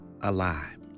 alive